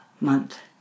month